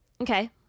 okay